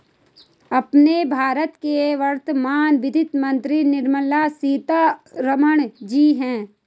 अपने भारत की वर्तमान वित्त मंत्री निर्मला सीतारमण जी हैं